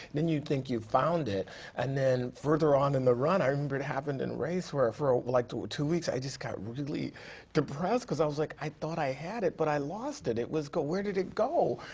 then you think you've found it and then further on in the run i remember it happened in race where for like two ah two weeks i just got really depressed. because i was like i thought i had it but i lost it, it was, go, where did it go?